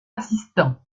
assistant